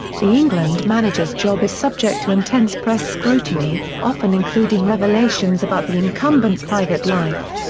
the england manager's job is subject to intense press scrutiny, often including revelations about the incumbent's private life.